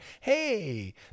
Hey